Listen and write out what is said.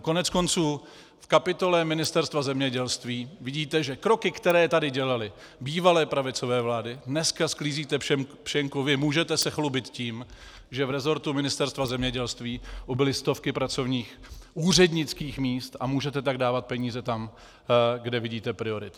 Koneckonců v kapitole Ministerstva zemědělství vidíte, že kroky, které tady dělaly bývalé pravicové vlády, dneska sklízíte pšenku vy, můžete se chlubit tím, že v rezortu Ministerstva zemědělství ubyly stovky pracovních úřednických míst, a můžete tak dávat peníze tam, kde vidíte priority.